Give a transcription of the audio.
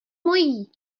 mojí